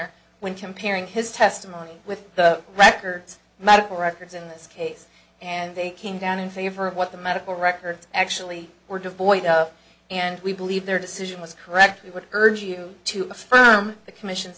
er when comparing his testimony with the records medical records in this case and they came down in favor of what the medical records actually were devoid of and we believe their decision was correct we would urge you to affirm the commission